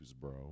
bro